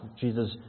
Jesus